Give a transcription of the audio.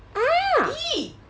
ah